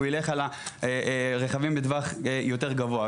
הוא ילך על רכבים במחיר יותר גבוה.